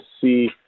see